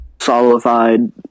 solidified